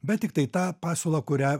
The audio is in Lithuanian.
bet tiktai tą pasiūlą kurią